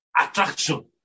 attraction